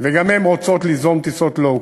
גם הן רוצות ליזום טיסות Low Cost.